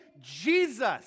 Jesus